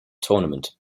tournament